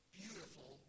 beautiful